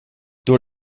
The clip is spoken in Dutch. door